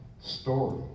story